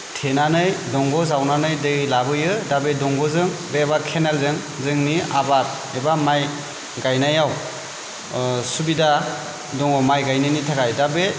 थेनानै दंग' जावनानै दै लाबोयो दा बे दंग'जों एबा केनेलजों जोंनि आबाद एबा माइ गायनायाव सुबिदा दङ माइ गायनायनि थाखाय दा बे